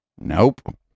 nope